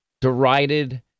derided